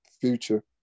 future